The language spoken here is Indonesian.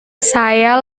saya